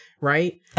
right